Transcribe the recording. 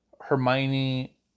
Hermione